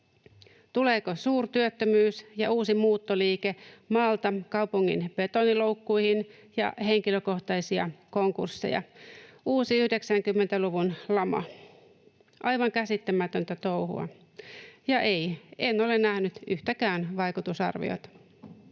Tuleeko suurtyöttömyys ja uusi muuttoliike maalta kaupungin betoniloukkuihin ja henkilökohtaisia konkursseja, uusi 90-luvun lama? Aivan käsittämätöntä touhua. Ja ei, en ole nähnyt yhtäkään vaikutusarviota.